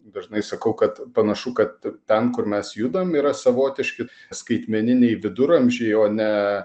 dažnai sakau kad panašu kad ten kur mes judam yra savotiški skaitmeniniai viduramžiai o ne